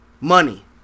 money